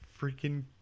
freaking